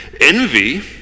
Envy